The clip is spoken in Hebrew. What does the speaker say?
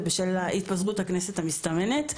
בשל התפזרות הכנסת המסתמנת,